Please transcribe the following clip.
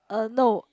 uh no